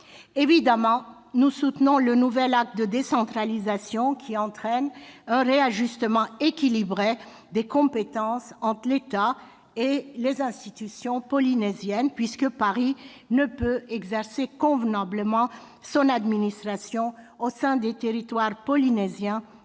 Évidemment, nous soutenons le nouvel acte de décentralisation qui entraîne un réajustement équilibré des compétences entre l'État et les institutions polynésiennes, puisque Paris ne peut exercer convenablement son administration au sein des territoires polynésiens à